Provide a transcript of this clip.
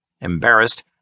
Embarrassed